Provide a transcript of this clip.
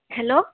hello